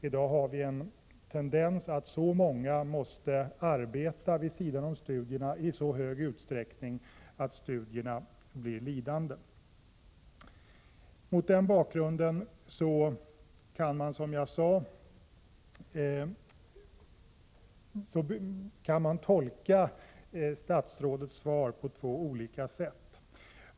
I dag är tendensen den att många måste arbeta vid sidan av studierna i så stor utsträckning att studierna blir lidande. Som jag sade kan man tolka statsrådets svar på två olika sätt.